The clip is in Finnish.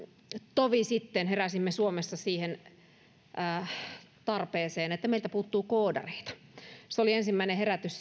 tovi sitten heräsimme suomessa siihen tarpeeseen että meiltä puuttuu koodareita se oli ensimmäinen herätys